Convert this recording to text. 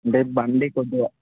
అంటే బండి కొద్దిగా